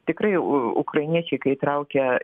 tikrai u ukrainiečiai kai įtraukė